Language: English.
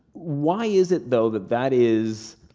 why is it though that that is.